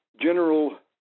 general